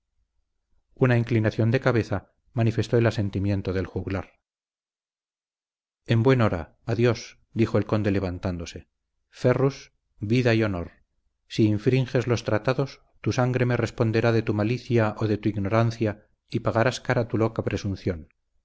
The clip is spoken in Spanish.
una inclinación de cabeza manifestó el asentimiento del juglar en buen hora adiós dijo el conde levantándose ferrus vida y honor si infringes los tratados tu sangre me responderá de tu malicia o de tu ignorancia y pagarás cara tu loca presunción